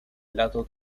lado